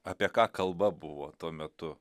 apie ką kalba buvo tuo metu